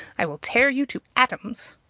i will tear you to atoms.